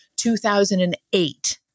2008